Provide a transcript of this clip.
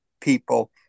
people